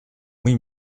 oui